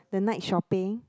the night shopping